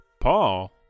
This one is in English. Paul